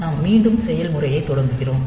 நாம் மீண்டும் செயல்முறையைத் தொடங்குகிறோம்